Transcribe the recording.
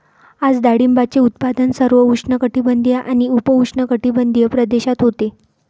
आज डाळिंबाचे उत्पादन सर्व उष्णकटिबंधीय आणि उपउष्णकटिबंधीय प्रदेशात होते